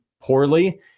poorly